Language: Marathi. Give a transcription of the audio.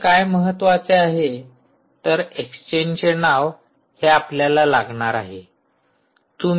इथे काय महत्त्वाचे आहे तर एक्सचेंजचे नाव हे आपल्याला लागणार आहे